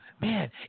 Man